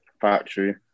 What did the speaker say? Factory